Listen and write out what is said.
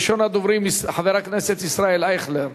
ראשון הדוברים, חבר הכנסת ישראל אייכלר,